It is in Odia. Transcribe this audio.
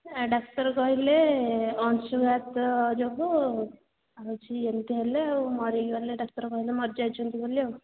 ହଁ ନେଇକି ଡକ୍ଟର କହିଲେ ଅଂଶୁଘାତ ଯୋଗୁଁ ହୋଇଛି ଏମିତି ହେଲେ ଆଉ ମରିଗଲେ ଡାକ୍ତର କହିଲେ ମରିଯାଇଛନ୍ତି ବୋଲି ଆଉ